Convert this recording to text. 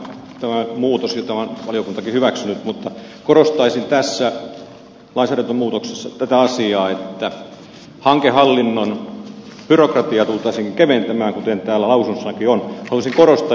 tämä muutos on hyvä ja tämän on valiokuntakin hyväksynyt mutta korostaisin tässä lainsäädäntömuutoksessa sitä että hankehallinnon byrokratiaa tultaisiin keventämään kuten täällä lausunnossakin on